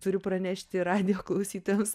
turiu pranešti radijo klausytojams